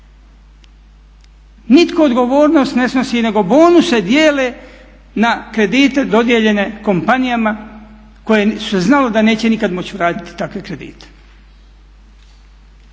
Nitko odgovorno ne snosi nego bonuse dijele na kredite dodijeljene kompanije koje se znalo da neće nikad moći vratiti takve kredite.